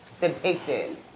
depicted